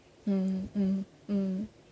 mm mm mm